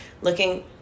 looking